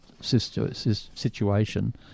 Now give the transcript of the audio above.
situation